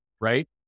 right